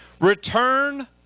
Return